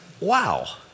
wow